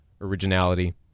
originality